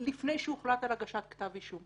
לפני שהוחלט על הגשת כתב אישום.